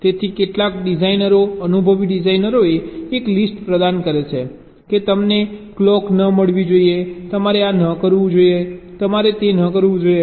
તેથી કેટલાક ડિઝાઇનરો અનુભવી ડિઝાઇનરોએ એક લિસ્ટ પ્રદાન કરે છે કે તમને ક્લોક ન મળવી જોઈએ તમારે આ ન કરવું જોઈએ તમારે તે ન કરવું જોઈએ